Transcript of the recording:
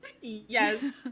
yes